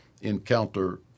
encounter